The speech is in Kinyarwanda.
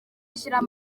ashyiraho